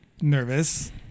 nervous